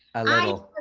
a little.